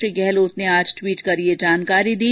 श्री गहलोत ने ट्वीट कर ये जानकारी दी